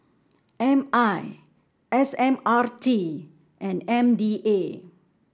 M I S M R T and M D A